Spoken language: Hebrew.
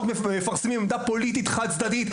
מפרסמים עמדה פוליטית חד-צדדית,